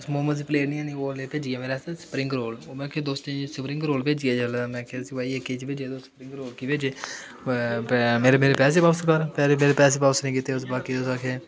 मोमस दी प्लेट नीं आंह्दी ओह् भेजी हा मेरे आस्ते स्प्रिंग रोल ओहे में आक्खेआ मेरे दोस्ते गी कि एह् भाई तू केह् भेजेआ मेरे पैसे वापिस कर मेरे पैसे वापिस नीं कीते ओस बाकी ओस आक्खेआ